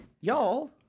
Y'all